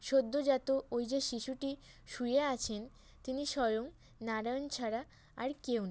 সদ্যোজাত ওই যে শিশুটি শুয়ে আছেন তিনি স্বয়ং নারায়ণ ছাড়া আর কেউ নয়